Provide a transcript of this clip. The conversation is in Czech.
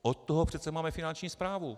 Od toho přece máme Finanční správu.